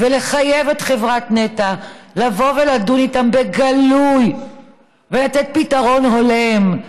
לחייב את חברת נת"ע לבוא ולדון איתם בגלוי ולתת פתרון הולם.